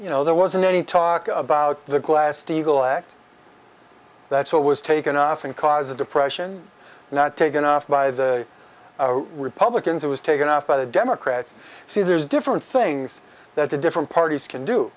you know there wasn't any talk about the glass steagall act that's what was taken off and causes depression not taken off by the republicans it was taken off by the democrats see there's different things that the different parties can do